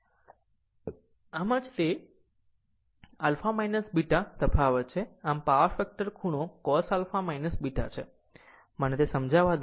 આમ આમ જ તે α β તફાવત છે આમ પાવર ફેક્ટર ખૂણો cos α β છે મને તે સમજાવા દો